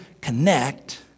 connect